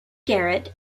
garrett